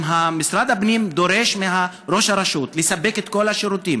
אם משרד הפנים דורש מראש הרשות לספק את כל השירותים,